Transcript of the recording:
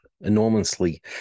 enormously